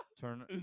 Turn